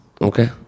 Okay